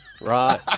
Right